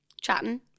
chatting